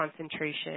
concentration